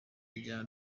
rya